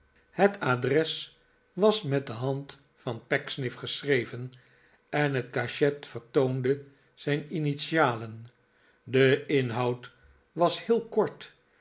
het adres was met de hand van pecksniff geschreven en het cachet vertoonde zijn initialed de inhoud was heel kort